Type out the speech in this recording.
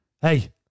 hey